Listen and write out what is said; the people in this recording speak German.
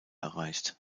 erreicht